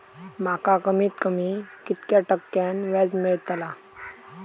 माका कमीत कमी कितक्या टक्क्यान व्याज मेलतला?